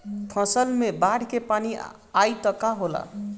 फसल मे बाढ़ के पानी आई त का होला?